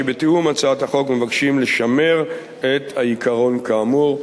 שבתיאום הצעת החוק מבקשים לשמר את העיקרון כאמור.